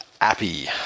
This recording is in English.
appy